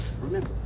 remember